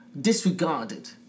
Disregarded